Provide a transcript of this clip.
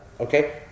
Okay